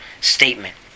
statement